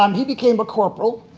um he became a corporal.